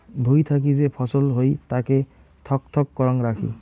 ভুঁই থাকি যে ফছল হই তাকে থক থক করাং রাখি